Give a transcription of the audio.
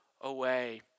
away